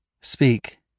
Speak